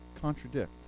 contradict